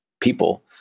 people